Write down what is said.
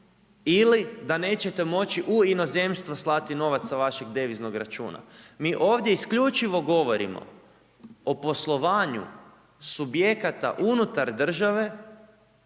ili da neće moći u inozemstvo slati novac sa vašeg deviznog računa. Mi ovdje isključivo govorimo o poslovanju subjekata unutar države